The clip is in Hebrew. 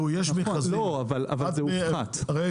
יש שני